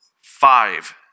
Five